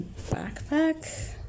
backpack